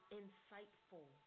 insightful